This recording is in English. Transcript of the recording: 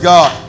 God